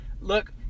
look